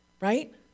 Right